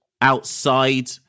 outside